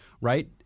right